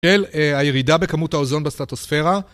של הירידה בכמות האוזון בסטטוספרה.